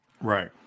Right